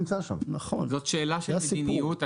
זאת שאלה של מדיניות.